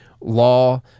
law